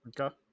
Okay